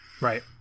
Right